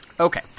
Okay